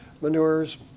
Manures